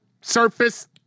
surface